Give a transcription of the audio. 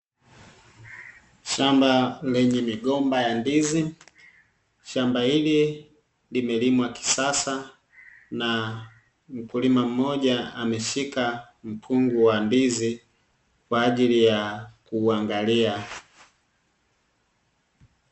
Shamba lenye migomba ya ndizi, shamba hili limelimwa kisasa na mkulima mmoja ameshika mkungu wa ndizi kwa ajili ya kuuangalia.